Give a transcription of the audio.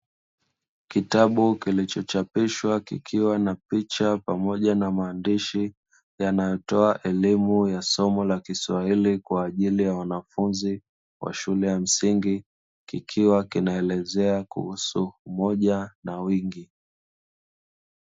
Kitabu kilichochapishwa kikiwa na picha pamoja na maandishi yanayotoa elimu ya somo la kiswahili kwa ajili ya wanafunzi wa shule ya msingi kikiwa, kinaelezea kuhusu umoja na uwingi.